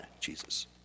Jesus